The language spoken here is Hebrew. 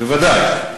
בוודאי.